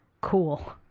cool